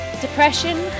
depression